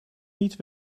niet